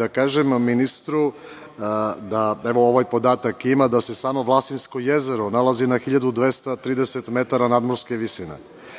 da kažem ministru, da evo ovaj podatak ima, da se samo Vlasinsko jezero nalazi na 1230 metara nadmorske visine,